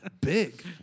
Big